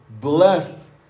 Bless